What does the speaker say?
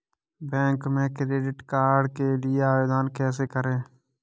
Bank में credit card के लिए आवेदन कैसे करें?